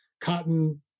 cotton